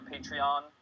Patreon